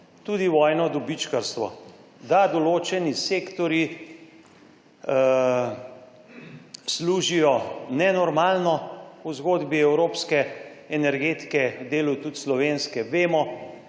tudi vojno dobičkarstvo, da določeni sektorji služijo nenormalno v zgodbi evropske energetike, delu tudi slovenske, vemo